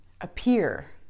appear